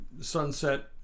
sunset